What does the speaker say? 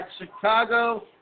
Chicago